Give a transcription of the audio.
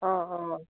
অঁ অঁ